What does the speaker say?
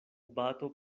bato